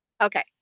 Okay